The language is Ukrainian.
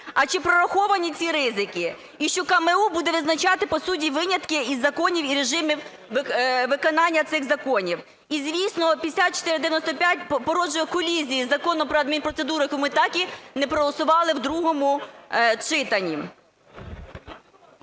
А чи прораховані ці ризики? І, що КМУ буде визначати по суті винятки із законів і режимів виконання цих законів. І, звісно, 5495 породжує колізії Закону про адмінпроцедури, якого ми так і не проголосували в другому читанні.